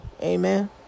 Amen